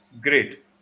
Great